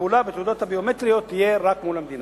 הפעולה בתעודות הביומטריות תהיה רק מול המדינה.